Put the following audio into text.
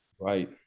Right